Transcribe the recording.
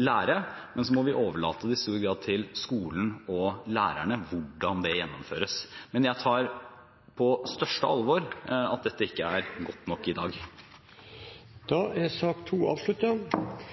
lære, men vi må i stor grad overlate til skolen og lærerne hvordan det gjennomføres. Men jeg tar på største alvor at dette ikke er godt nok i dag.